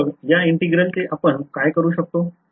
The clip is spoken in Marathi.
तर मग या Integral चे आपण काय करू शकतो